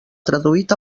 traduït